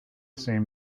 same